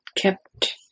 kept